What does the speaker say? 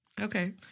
Okay